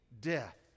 death